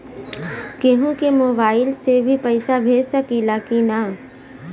केहू के मोवाईल से भी पैसा भेज सकीला की ना?